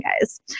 guys